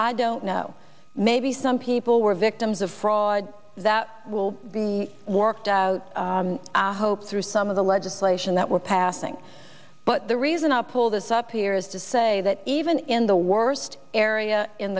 i don't know maybe some people were victims of fraud that will be worked out i hope through some of the legislation that we're passing but the reason i pull this up here is to say that even in the worst area in